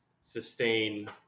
sustain